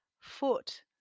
foot